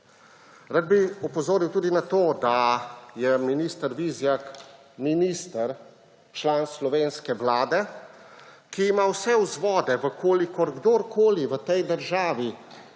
Rad bi opozoril tudi na to, da je minister Vizjak minister član slovenske vlade, ki ima vse vzvode, v kolikor kdorkoli v tej državi